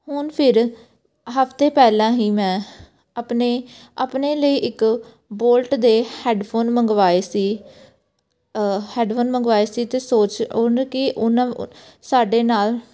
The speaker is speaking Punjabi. ਹੁਣ ਫਿਰ ਹਫ਼ਤੇ ਪਹਿਲਾਂ ਹੀ ਮੈਂ ਆਪਣੇ ਆਪਣੇ ਲਈ ਇੱਕ ਬੋਲਟ ਦੇ ਹੈਡਫੋਨ ਮੰਗਵਾਏ ਸੀ ਹੈਡਫੋਨ ਮੰਗਵਾਇਆ ਸੀ ਤੇ ਸੋਚ ਉਹਨੂੰ ਕਿ ਉਹਨਾਂ ਸਾਡੇ ਨਾਲ